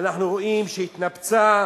אנחנו רואים שהתנפצו.